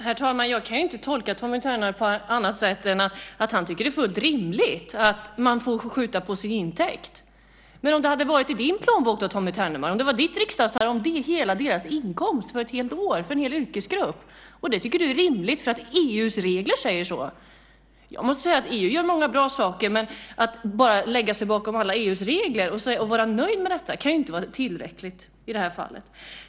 Herr talman! Jag kan ju inte tolka Tommy Ternemar på annat sätt än att han tycker att det är fullt rimligt att man får skjuta på sin intäkt. Men om det hade varit i din plånbok då, Tommy Ternemar? Om det var ditt riksdagsarvode som vi skulle skjuta på - inte bara en gång, två gånger och tre gånger? Då hade det kanske inte varit lika självklart att det skulle vara så. Det här handlar om hela deras inkomst för ett helt år, för en hel yrkesgrupp! Och det tycker du är rimligt för att EU:s regler säger så. Jag måste säga att EU gör många bra saker, men att bara lägga sig bakom alla EU:s regler och vara nöjd med detta kan ju inte vara tillräckligt i det här fallet.